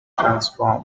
transformed